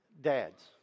Dads